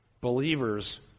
Believers